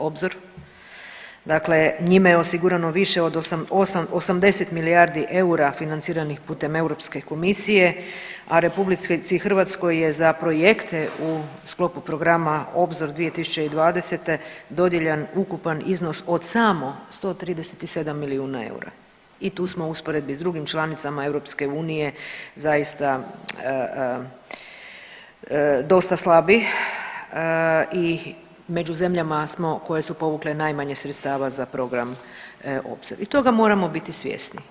Obzor, dakle njime je osigurano više od 80 milijardi eura financiranih putem EK-a, a RH je za projekte u sklopu programa Obzor 2020. dodijeljen ukupan iznos od samo 137 milijuna eura i tu smo u usporedbi s drugim članicama EU zaista dosta slabi i među zemljama smo koje su povukle najmanje sredstava za program Obzor i toga moramo biti svjesni.